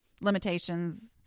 limitations